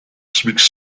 speaks